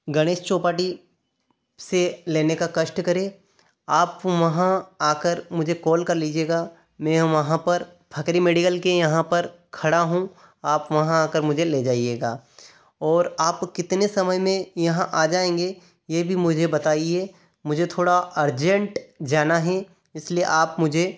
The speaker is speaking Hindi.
मुझे गणेश चौपाटी से लेने का कष्ट करें आप वहाँ आकर मुझे कॉल कर लीजिएगा मैं वहाँ पर फकरी मेडिकल के यहाँ पर खड़ा हूँ आप वहाँ आकर मुझे ले जाइएगा और आप कितने समय में यहाँ आ जाएँगे ये भी मुझे बताइए मुझे थोड़ा अरजेंट जाना है इसलिए आप मुझे